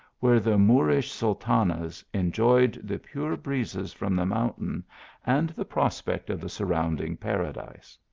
where the moorish sultanas enjoyed the pure breezes from the mountain and the prospect of the surrounding paradise.